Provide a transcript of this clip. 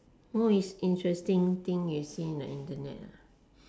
most interesting thing you see in the internet